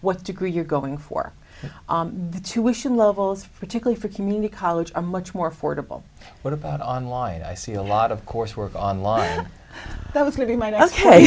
what degree you're going for the tuition levels particularly for community college a much more affordable what about online i see a lot of coursework online that was going to my ok